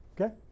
Okay